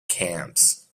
camps